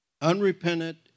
Unrepentant